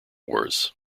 wars